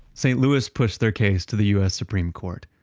st. louis pushed their case to the us supreme court.